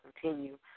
continue